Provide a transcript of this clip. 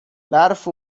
برف